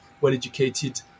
well-educated